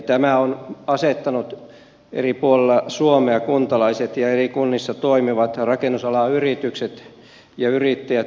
tämä on asettanut eri puolilla suomea kuntalaiset ja eri kunnissa toimivat rakennusalan yritykset ja yrittäjät eriarvoiseen asemaan